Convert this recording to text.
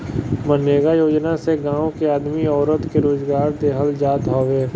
मनरेगा योजना से गांव के आदमी औरत के रोजगार देहल जात हवे